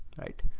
right?